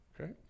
Okay